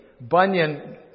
Bunyan